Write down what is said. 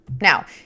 Now